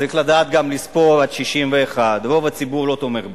צריך לדעת לספור עד 61. רוב הציבור לא תומך בה,